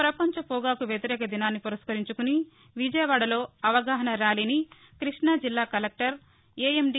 ప్రపంచ పొగాకు వ్యతిరేక దినాన్ని పురస్కరించుకొని విజయవాడలో అవగాహనా ర్యాలీని కృష్ణజిల్లా కలెక్టర్ ఏఎండి